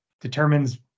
determines